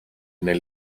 nel